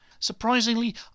Surprisingly